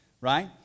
right